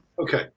Okay